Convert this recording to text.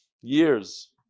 Years